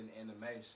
animation